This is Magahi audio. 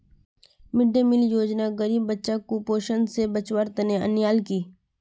मिड डे मील योजना गरीब बच्चाक कुपोषण स बचव्वार तने अन्याल कि